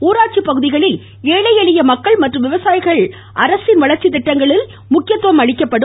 ஊராட்சி பகுதிகளில் ஏழை எளிய மக்கள் மற்றும் விவசாயிகளுக்கு அரசின் வளர்ச்சி திட்டங்களில் முக்கியத்துவம் அளிக்கப்படும்